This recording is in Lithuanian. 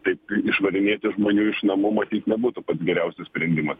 taip išvarinėti žmonių iš namų matyt nebūtų geriausias sprendimas